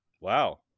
wow